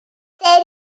சரியான